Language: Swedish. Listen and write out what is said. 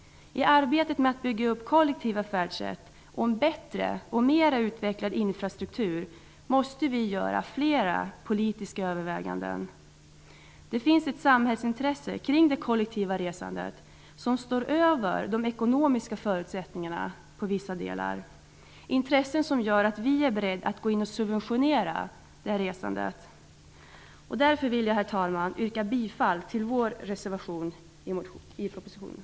I arbetet med att bygga upp kollektiva färdsätt och en bättre och mer utvecklad infrastruktur måste vi göra flera politiska överväganden. Det finns ett samhällsintresse kring det kollektiva resandet som står över de ekonomiska förutsättningarna i vissa delar. Det är intressen som gör att vi är beredda att gå in och subventionera detta resande. Herr talman! Därför vill jag yrka bifall till vår reservation i betänkandet.